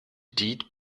deed